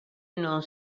non